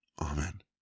Amen